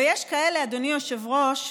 ויש כאלה, אדוני היושב-ראש,